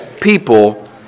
people